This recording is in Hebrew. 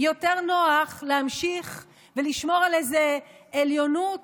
יותר נוח להמשיך ולשמור על איזו עליונות